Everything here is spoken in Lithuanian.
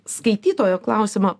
skaitytojo klausimą